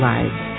Lives